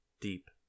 deep